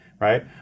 Right